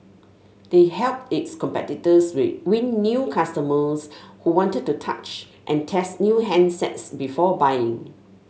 they helped its competitors win new customers who wanted to touch and test new handsets before buying